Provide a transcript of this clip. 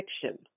fiction